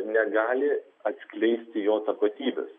negali atskleisti jo tapatybės